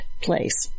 place